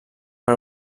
per